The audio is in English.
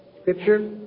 Scripture